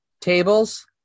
Tables